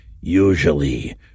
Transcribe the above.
usually